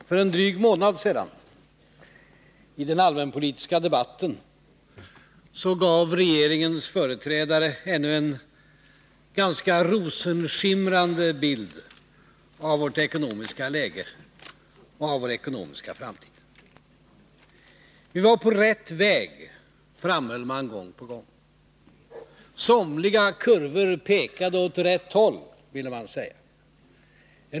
Herr talman! För en dryg månad sedan, i den allmänpolitiska debatten, gav regeringens företrädare ännu en ganska rosenskimrande bild av vårt ekonomiska läge och av vår ekonomiska framtid. Vi var på rätt väg, framhöll man gång på gång. Somliga kurvor pekade åt rätt håll, ville man säga.